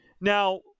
Now